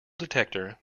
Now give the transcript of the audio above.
detector